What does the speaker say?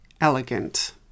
elegant